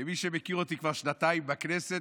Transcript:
כמי שמכיר אותי כבר שנתיים בכנסת,